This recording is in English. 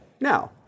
Now